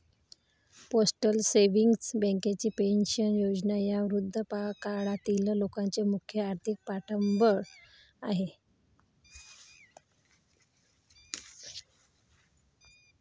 postal savings बँकेची pension योजना ही वृद्धापकाळातील लोकांचे मुख्य आर्थिक पाठबळ आहे